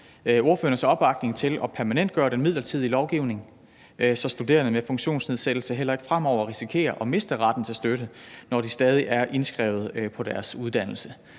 ordførernes opbakning til at permanentgøre den midlertidige lovgivning, så studerende med funktionsnedsættelse heller ikke fremover risikerer at miste retten til støtte, hvis de stadig er indskrevet på deres uddannelse.